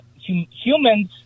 Humans